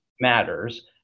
matters